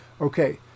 Okay